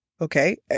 okay